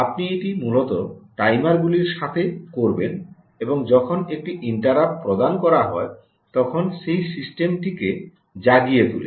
আপনি এটি মূলত টাইমারগুলির সাথে করবেন এবং যখন একটি ইন্টারাপ্ট প্রদান করা হয় তখন সে সিস্টেমটিকে জাগিয়ে তোলে